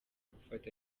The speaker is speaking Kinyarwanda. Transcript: gufata